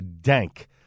Dank